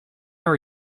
are